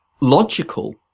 logical